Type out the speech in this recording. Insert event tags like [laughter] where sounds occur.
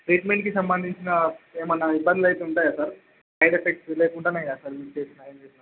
ట్రీట్మెంటుకి సంబంధించిన ఏమైనా ఇబ్బందులు అయితే ఉంటాయా సార్ [unintelligible]